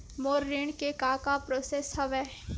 मोर ऋण के का का प्रोसेस हवय?